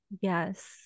Yes